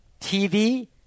TV